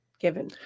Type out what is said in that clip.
given